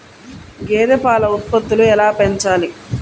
గేదె పాల ఉత్పత్తులు ఎలా పెంచాలి?